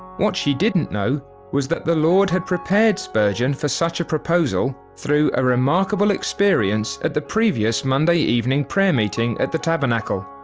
what she didn't know was that the lord had prepared spurgeon for such a proposal, through a remarkable experience at the previous monday evening prayer meeting at the tabernacle,